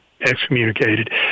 excommunicated